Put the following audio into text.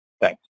thanks